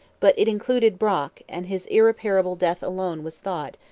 but it included brock and his irreparable death alone was thought,